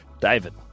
David